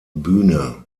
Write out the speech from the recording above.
bühne